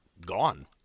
gone